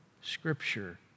Scripture